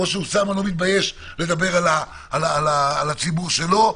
כמו שאוסאמה לא מתבייש לדבר על הציבור שלו,